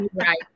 Right